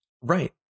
Right